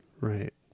Right